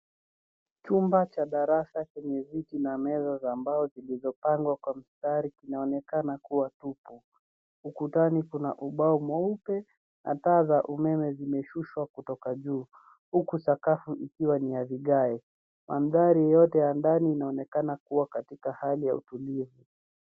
Chumba cha darasa chenye viti na meza za mbao zilizopangwa kwenye mstari inaonekana kuwa tupu ukutani kuna ubao mweupe na taa za umeme zimeshushwa kutoka juu huku sakafu ikiwa ni ya vigai mandhari yote ya ndani inaonekana kuwa katika hali ya utulivu.